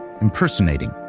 impersonating